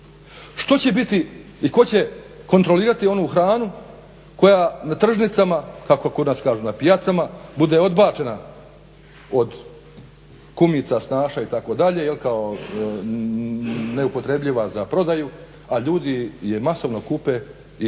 što će biti i tko će kontrolirati onu hranu koja na tržnicama, kako kod nas kažu na pijacama, bude odbačena od kumica, snaša itd. kao neupotrebljiva za prodaju, a ljudi je masovno kupe i